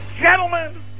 Gentlemen